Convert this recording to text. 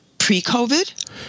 pre-COVID